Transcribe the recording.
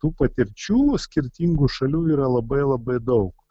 tų patirčių skirtingų šalių yra labai labai daug